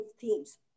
themes